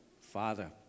father